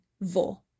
vo